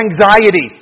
anxiety